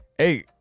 Hey